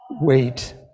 Wait